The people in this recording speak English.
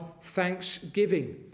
thanksgiving